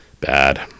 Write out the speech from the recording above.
Bad